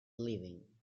leaving